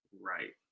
Right